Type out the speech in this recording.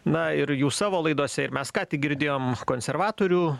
na ir jūs savo laidose ir mes ką tik girdėjom konservatorių